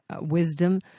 wisdom